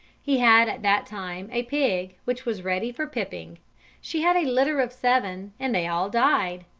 he had at that time a pig which was ready for pipping she had a litter of seven, and they all died.